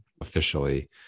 officially